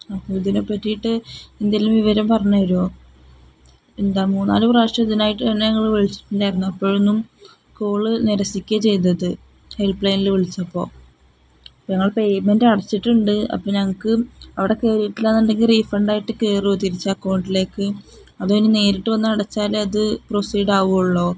അപ്പോള് ഇതിനെപ്പറ്റിയിട്ട് എന്തേലും വിവരം പറഞ്ഞുതരുമോ എന്താണ് മൂന്നുനാലു പ്രാവശ്യം ഇതിനായിട്ടു തന്നെ ഞങ്ങള് വിളിച്ചിട്ടുണ്ടായിരുന്നു അപ്പോഴൊന്നും കോള് നിരസിക്കുകയാണു ചെയ്തത് ഹെൽപ് ലൈനില് വിളിച്ചപ്പോള് അപ്പോള് ഞങ്ങള് പേയ്മെൻറ് അടച്ചിട്ടുണ്ട് അപ്പോള് ഞങ്ങള്ക്ക് അവിടെ കയറിട്ടില്ല എന്നുണ്ടെങ്കില് റീഫണ്ടായിട്ടു കയറുമോ തിരിച്ചക്കൗണ്ടിലേക്ക് അതോ ഇനി നേരിട്ട് വന്ന് അടച്ചാലേ അത് പ്രൊസീഡാവുകയുള്ളോ